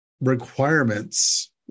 requirements